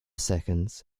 seconds